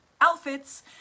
outfits